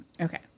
okay